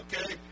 okay